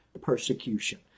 persecution